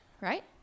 right